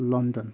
London